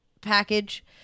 package